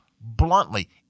bluntly